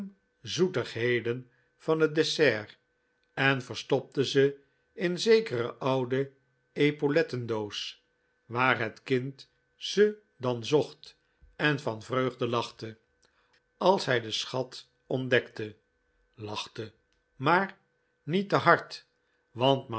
zoetigheden van het dessert en verstopte ze in een zekere oude epaulettendoos waar het kind ze dan zocht en van vreugde lachte als hij den schat ontdekte lachte maar niet te hard want